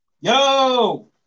Yo